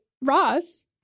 Ross